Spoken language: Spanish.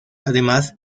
además